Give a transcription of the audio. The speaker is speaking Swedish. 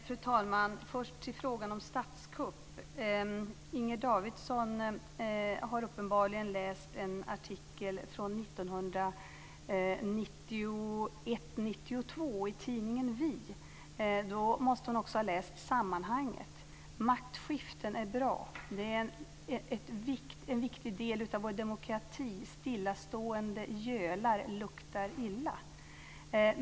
Fru talman! Först till frågan om statskupp. Inger Davidson har uppenbarligen läst en artikel från 1991 eller 1992 i tidningen Vi. Då måste hon också ha läst sammanhanget. Maktskiften är bra. Det är en viktig del av vår demokrati. Stillastående gölar luktar illa.